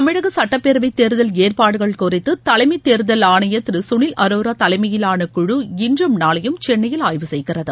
தமிழக சட்டப் பேரவைத் தேர்தல் ஏற்பாடுகள் குறித்து தலைமைத் தேர்தல் ஆணையர் திரு குனில் அரோரோ தலைமையிலான குழு இன்றும் நாளையும் சென்னையில் ஆய்வு செய்கிறது